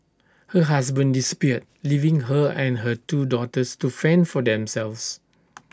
her husband disappeared leaving her and her two daughters to fend for themselves